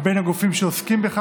תודה רבה.